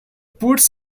puts